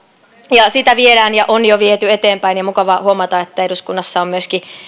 ja sitä viedään ja on jo viety eteenpäin ja mukava huomata että eduskunnassa on